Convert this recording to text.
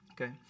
okay